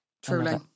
Truly